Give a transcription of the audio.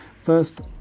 First